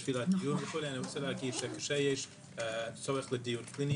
כאשר יש צורך לדיון פנימי,